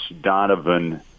Donovan